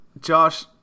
Josh